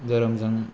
धोरोमजों